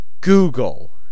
Google